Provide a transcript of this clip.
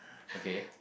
okay